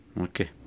Okay